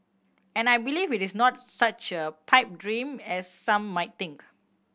and I believe it is not such a pipe dream as some might think